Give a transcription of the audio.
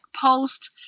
post